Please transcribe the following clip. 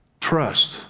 trust